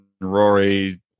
Rory